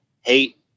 hate